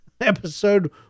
episode